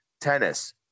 tennis